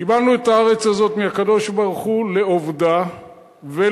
קיבלנו את הארץ הזאת מהקדוש-ברוך-הוא לעובדה ולשומרה,